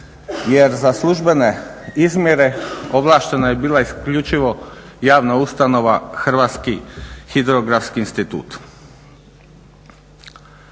Jer za službene izmjere ovlaštena je bila isključivo javna ustanova Hrvatski hidrografski institut.